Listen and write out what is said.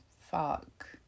fuck